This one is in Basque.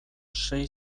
sei